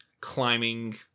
climbing